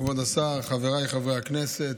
כבוד השר, חבריי חברי הכנסת,